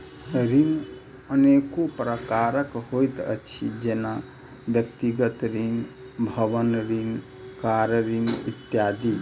ऋण अनेको प्रकारक होइत अछि, जेना व्यक्तिगत ऋण, भवन ऋण, कार ऋण इत्यादि